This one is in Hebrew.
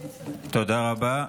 תודה רבה.